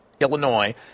Illinois